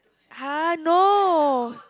!huh! no